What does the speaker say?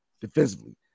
defensively